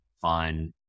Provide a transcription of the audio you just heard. fun